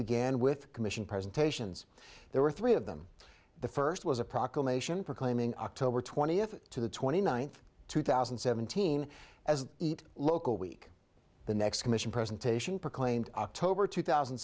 began with commission presentations there were three of them the first was a proclamation proclaiming october twentieth to the twenty ninth two thousand and seventeen as eat local week the next commission presentation proclaimed october two thousand